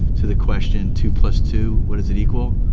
to the question two plus two, what does it equal,